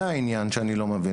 זה העניין שאני לא מבין.